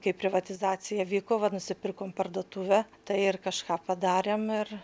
kai privatizacija vyko vat nusipirkom parduotuvę tai ir kažką padarėm ir